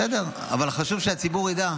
בסדר, אבל חשוב שהציבור ידע.